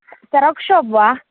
xerox शोब् वा